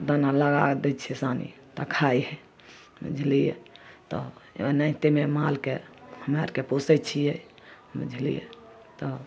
दाना लगा दै छिए सानी तऽ खाइ हइ बुझलिए तऽ एनाहितेमे मालके हमरा आओरके पोसै छिए बुझलिए तऽ